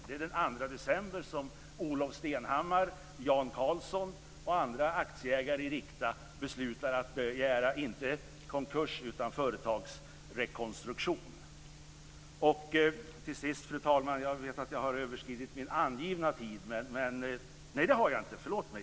Det är den 2 december som Olof Stenhammar, Jan Carlzon och andra aktieägare i Rikta beslutar att begära - inte konkurs utan företagsrekonstruktion.